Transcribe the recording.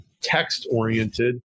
text-oriented